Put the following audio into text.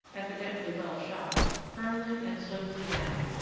evidently well shod, firmly and swiftly down,